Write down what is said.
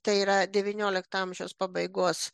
tai yra devyniolikto amžiaus pabaigos